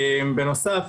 בנוסף,